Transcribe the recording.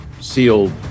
sealed